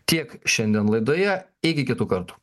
tiek šiandien laidoje iki kitų kartų